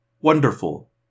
Wonderful